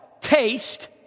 taste